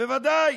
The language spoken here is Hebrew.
בוודאי,